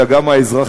אלא גם האזרחי,